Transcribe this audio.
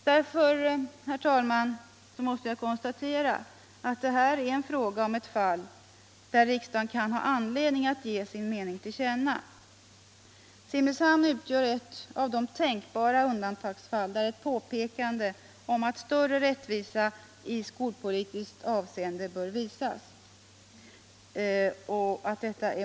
Därför, herr talman, måste jag konstatera att det här är fråga om ett fall, där riksdagen kan ha anledning att ge sin mening till känna. Simrishamn utgör ett av de tänkbara undantagsfall, där ett påpekande är motiverat om att större rättvisa i skolpolitiskt avseende bör visas.